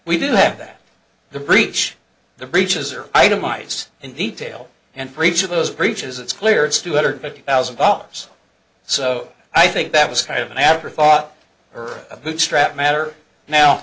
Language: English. we do have that the breach the breaches are itemized in detail and breach of those breaches it's clear it's two hundred fifty thousand dollars so i think that was kind of an afterthought or a bootstrap matter now